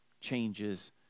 changes